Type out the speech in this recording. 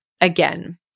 again